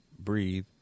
breathe